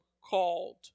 called